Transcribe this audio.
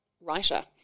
writer